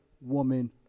Woman